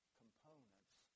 components